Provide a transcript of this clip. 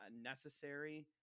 necessary